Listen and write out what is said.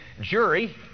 jury